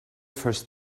first